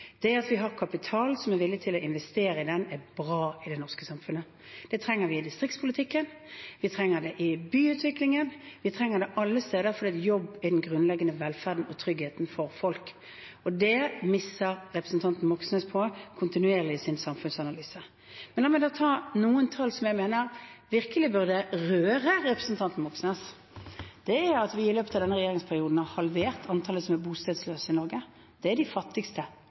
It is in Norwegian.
Det at vi har kapital som er villig til å investere i den, er bra i det norske samfunnet. Det trenger vi i distriktspolitikken, vi trenger det i byutviklingen, vi trenger det alle steder, fordi jobb er den grunnleggende velferden og tryggheten for folk. Det misser representanten Moxnes på kontinuerlig i sin samfunnsanalyse. Men la meg da ta noen tall som jeg mener virkelig burde røre representanten Moxnes. Vi har i løpet av denne regjeringsperioden halvert antallet som er bostedsløse i Norge, de fattigste av de fattige, fordi vi systematisk har jobbet med det. Det er